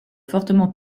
fortement